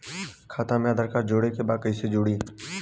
खाता में आधार जोड़े के बा कैसे जुड़ी?